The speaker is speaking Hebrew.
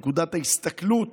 נקודת ההסתכלות